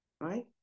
Right